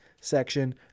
section